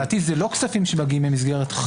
לדעתי, אלה לא כספים שמגיעים דרך חקיקה.